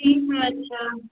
ठीक है अच्छा